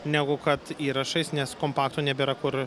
negu kad įrašais nes kompaktų nebėra kur